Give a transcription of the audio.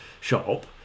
shop